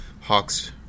Hawks